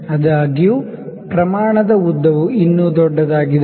ಆದಾಗ್ಯೂ ಪ್ರಮಾಣದ ಉದ್ದವು ಇನ್ನೂ ದೊಡ್ಡದಾಗಿದೆ